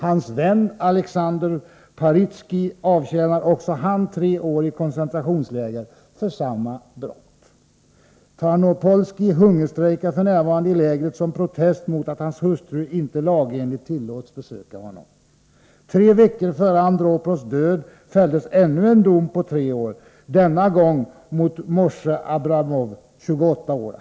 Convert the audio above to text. Hans vän Aleksander Paritskij avtjänar också han tre år i koncentrationsläger för samma ”brott'. Tanopolskij hungerstrejkar f.n. i lägret som protest mot att hans hustru inte lagenligt tillåts besöka honom. Tre veckor före Andropovs död fälldes ännu en dom på tre år, denna gång mot Mosje Abramov, 28 år.